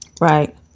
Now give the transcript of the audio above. Right